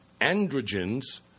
androgens